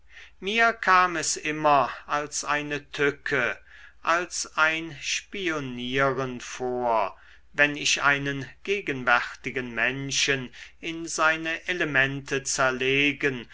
mir kam es immer als eine tücke als ein spionieren vor wenn ich einen gegenwärtigen menschen in seine elemente zerlegen